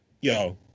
Yo